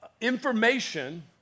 information